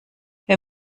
wir